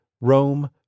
Rome